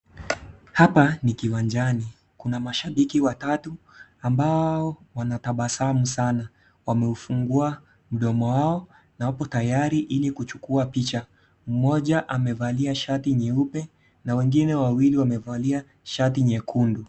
Hapa ni kiwanjani, kuna mashabiki watatu ambao wanatabasamu sana wameufugua mdomo wao na wapo tayari hili kuchukua picha. Mmoja amevalia shati nyeupe na wengine wawili wamevalia shati nyekundu.